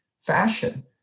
fashion